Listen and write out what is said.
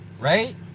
right